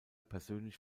persönlich